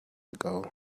ago